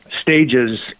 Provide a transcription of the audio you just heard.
stages